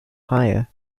higher